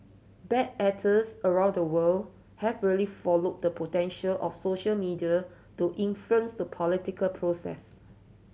bad actors around the world have really followed the potential of social media to influence the political process